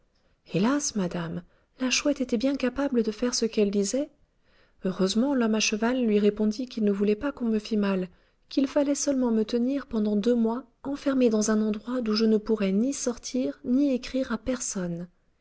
hélas madame la chouette était bien capable de faire ce qu'elle disait heureusement l'homme à cheval lui répondit qu'il ne voulait pas qu'on me fît mal qu'il fallait seulement me tenir pendant deux mois enfermée dans un endroit d'où je ne pourrais ni sortir ni écrire à personne